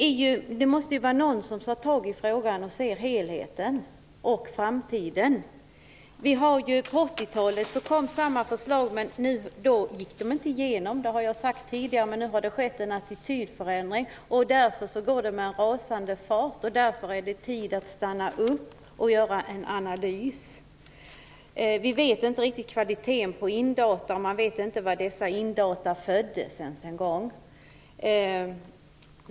Någon måste ta tag i frågan och se till helheten, men också till framtiden. Under 80-talet kom samma förslag. Då gick de inte igenom, som jag tidigare sagt. Nu har det emellertid skett en attitydförändring. Det går nu i en rasande fart och därför är det dags att stanna upp och göra en analys. Vi vet inte riktigt hur det är med kvaliteten på indata. Man vet inte ens var dessa indata föddes.